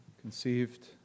conceived